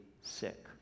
sick